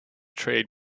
trade